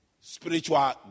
spiritual